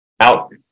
out